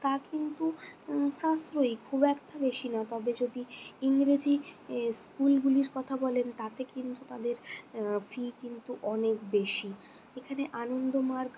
তা কিন্তু সাশ্রয়ী খুব একটা বেশি নয় তবে যদি ইংরেজি স্কুলগুলির কথা বলেন তাতে কিন্তু তাদের ফি কিন্তু অনেক বেশি এখানে আনন্দমার্গ